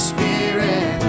Spirit